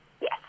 Yes